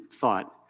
thought